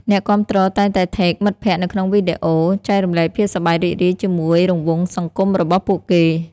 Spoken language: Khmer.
អ្នកគាំទ្រតែងតែ Tag មិត្តភក្តិនៅក្នុងវីដេអូ ចែករំលែកភាពសប្បាយរីករាយជាមួយរង្វង់សង្គមរបស់ពួកគេ។